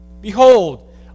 Behold